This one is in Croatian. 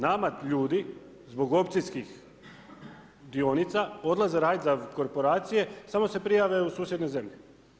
Nama ljudi zbog opcijskih dionica odlaze raditi za korporacije, samo se prijave u susjedne zemlje.